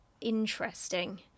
interesting